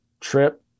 Trip